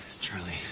Charlie